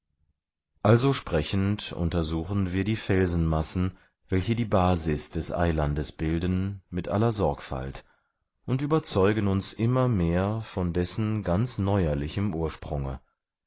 also sprechend untersuchen wir die felsmassen welche die basis des eilandes bilden mit aller sorgfalt und überzeugen uns immer mehr von dessen ganz neuerlichem ursprunge